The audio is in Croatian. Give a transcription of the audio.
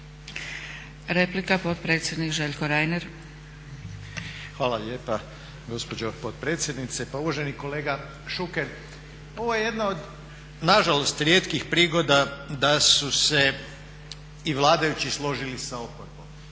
Reiner. **Reiner, Željko (HDZ)** Hvala lijepa gospođo potpredsjednice. Pa uvaženi kolega Šuker, ovo je jedna od nažalost rijetkih prigoda da su se i vladajući složili s oporbom